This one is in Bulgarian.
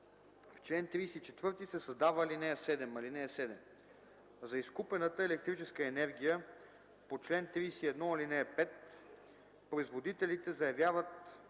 В чл. 34 се създава ал. 7: „(7) За изкупената електрическа енергия по чл. 31, ал. 5 производителите заявяват